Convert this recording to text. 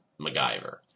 MacGyver